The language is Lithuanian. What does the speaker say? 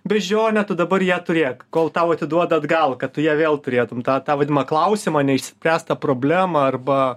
beždžionę tu dabar ją turėk kol tau atiduoda atgal kad tu ją vėl turėtum tą tą vadinamą klausimą neišspręstą problemą arba